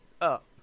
up